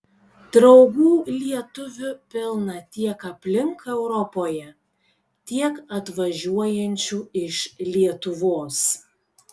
draugų lietuvių pilna tiek aplink europoje tiek atvažiuojančių iš lietuvos